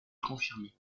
confirmée